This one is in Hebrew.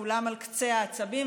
כולם על קצה העצבים.